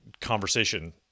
conversation